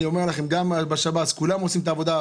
אני אומר לכם, גם בשב"ס, כולם עושים את העבודה.